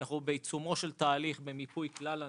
אנחנו בעיצומו של תהליך במיפוי כלל הנתונים,